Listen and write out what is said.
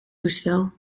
toestel